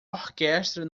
orquestra